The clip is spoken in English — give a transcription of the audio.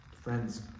Friends